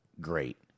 Great